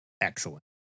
excellent